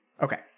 Okay